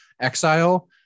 Exile